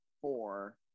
four